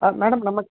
ஆ madam நமக்கு